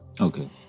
Okay